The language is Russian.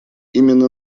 именно